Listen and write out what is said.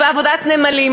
ובעבודת נמלים,